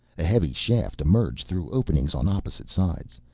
a heavy shaft emerged through openings on opposite sides,